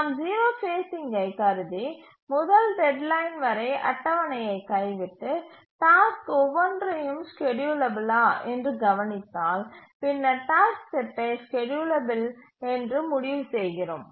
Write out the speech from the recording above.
நாம் 0 ஃபேஸ்சிங்கை கருதி முதல் டெட்லைன் வரை அட்டவணையை கைவிட்டு டாஸ்க் ஒவ்வொன்றையும் ஸ்கேட்யூலபிலா என்று கவனித்தால் பின்னர் டாஸ்க் செட்டை ஸ்கேட்யூலபில் என்று முடிவு செய்கிறோம்